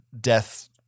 death